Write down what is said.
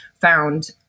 found